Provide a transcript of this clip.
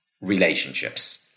relationships